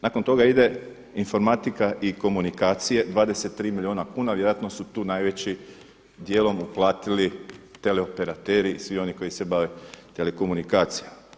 Nakon toga ide informatika i komunikacije 23 milijuna kuna, vjerojatno su tu najvećim djelom uplatili teleoperateri svi oni koji se bave telekomunikacijama.